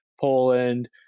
Poland